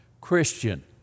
Christian